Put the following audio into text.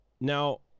Now